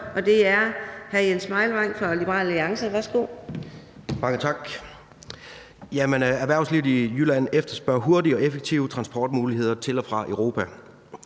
og det er hr. Jens Meilvang fra Liberal Alliance. Værsgo.